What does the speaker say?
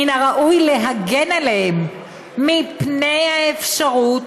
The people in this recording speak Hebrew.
מן הראוי להגן עליהם מפני האפשרות